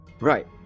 Right